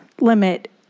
limit